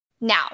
Now